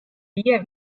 viie